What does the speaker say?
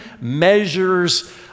measures